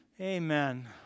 Amen